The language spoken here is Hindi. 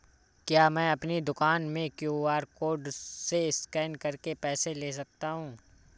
क्या मैं अपनी दुकान में क्यू.आर कोड से स्कैन करके पैसे ले सकता हूँ?